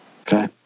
Okay